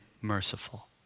merciful